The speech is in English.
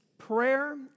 Prayer